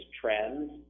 trends